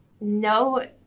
no